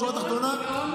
בשורה התחתונה,